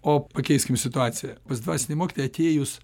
o pakeiskim situaciją pas dvasinį mokytoją atėjus